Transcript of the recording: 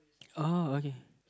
uh okay